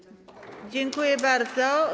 Dziękuję bardzo.